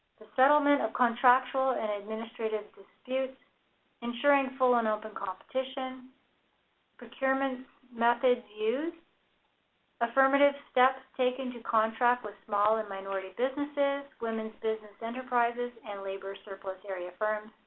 the settlement of contractual and administrative disputes ensuring full and open competition procurement methods used affirmative steps taken to contract with small and minority businesses, women's business enterprises, and labor surplus area firms